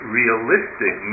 realistic